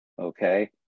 Okay